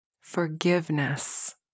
forgiveness